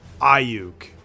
Ayuk